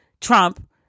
Trump